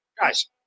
Guys